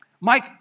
Mike